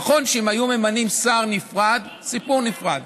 נכון שאם היו ממנים שר נפרד, סיפור נפרד.